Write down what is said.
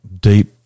deep